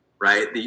right